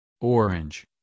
Orange